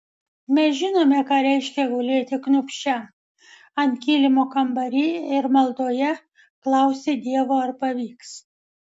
mes žinome ką reiškia gulėt kniūbsčiam ant kilimo kambary ir maldoje klausti dievo ar pavyks